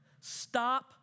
Stop